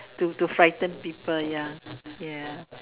to to frighten people ya ya